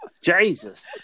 Jesus